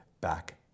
back